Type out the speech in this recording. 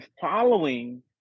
following